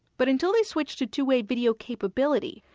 but until they switch to two-way video capability,